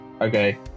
okay